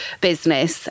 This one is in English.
business